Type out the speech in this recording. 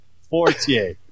Fortier